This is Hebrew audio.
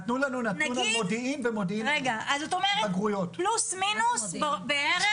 אז זאת אומרת פלוס מינוס בערך